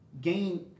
gain